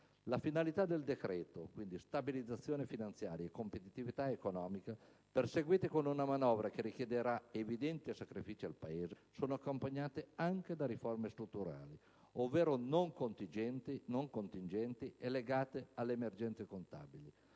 Le finalità del suddetto decreto-legge (stabilizzazione finanziaria e competitività economica), perseguite con una manovra che richiederà evidenti sacrifici al Paese, sono accompagnate anche da riforme strutturali, ovvero non contingenti e legate alle emergenze contabili,